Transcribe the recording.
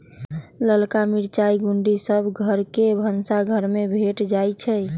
ललका मिरचाई के गुण्डी सभ घर के भनसाघर में भेंट जाइ छइ